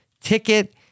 ticket